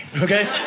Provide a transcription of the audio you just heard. okay